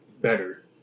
better